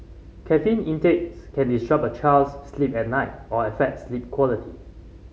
caffeine intake can disrupt a child's sleep at night or affect sleep quality